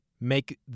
Make